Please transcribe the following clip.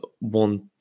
want